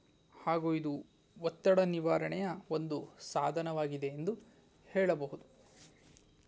ಹಾಗೂ ಇದು ಒತ್ತಡ ನಿವಾರಣೆಯ ಒಂದು ಸಾಧನವಾಗಿದೆ ಎಂದು ಹೇಳಬಹುದು